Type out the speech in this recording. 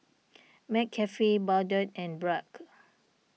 McCafe Bardot and Bragg